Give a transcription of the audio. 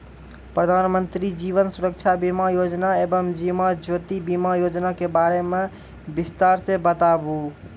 प्रधान मंत्री जीवन सुरक्षा बीमा योजना एवं जीवन ज्योति बीमा योजना के बारे मे बिसतार से बताबू?